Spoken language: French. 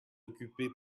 occupez